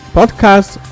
podcast